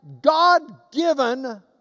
God-given